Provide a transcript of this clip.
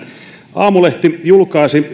aamulehti julkaisi